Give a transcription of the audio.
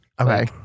Okay